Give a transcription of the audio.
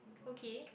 okay